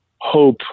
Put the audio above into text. hope